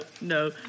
no